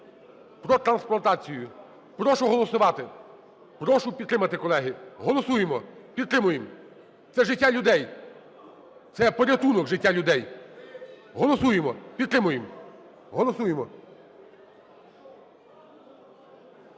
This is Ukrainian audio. про трансплантацію. Прошу голосувати, прошу підтримати. Колеги, голосуємо, підтримуємо, це життя людей, це порятунок життя людей. Голосуємо. Підтримуємо. Голосуємо.